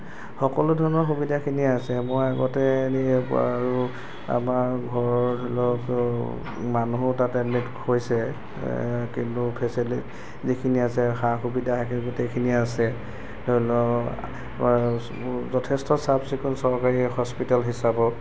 সকলো ধৰণৰ সুবিধাখিনিয়ে আছে মই আগতে এনেই আৰু আমাৰ ঘৰৰ ধৰি লওক মানুহো তাত এডমিট হৈছে কিন্তু ফেচেলিটী যিখিনি আছে সা সুবিধা সেইখিনি গোটেইখিনি আছে ধৰি লওক যথেষ্ট চাফ চিকুন চৰকাৰী হস্পিটেল হিচাপত